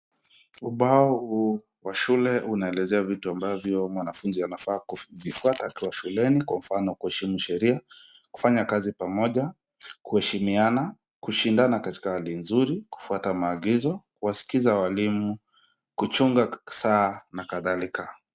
Ubao huu wa shule unaelezea vitu ambavyo mwanafunzi anafaa kuvifuata akiwa shuleni kwa mfano kuheshimu sheria, kufanya kazi pamoja, kuheshimiana, kushindana katika hali nzuri, kufuata maagizo , kuwaskiza walimu, kuchunga saa na kadhalika.